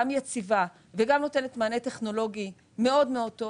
גם יציבה וגם נותנת מענה טכנולוגי מאוד מאוד טוב